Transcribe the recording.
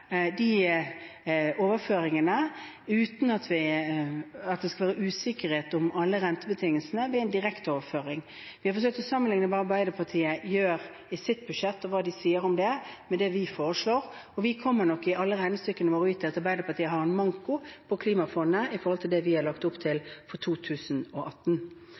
de overføringene uten at det skal være usikkerhet om rentebetingelsene ved en direkteoverføring. Vi har forsøkt å sammenlikne hva Arbeiderpartiet gjør i sitt budsjett, og hva de sier om det, med det vi foreslår. Vi kommer nok i alle regnestykkene våre fram til at Arbeiderpartiet har en manko på klimafondet i forhold til det vi har lagt opp til for 2018.